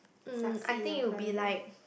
succeed in your career